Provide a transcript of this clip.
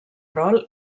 rol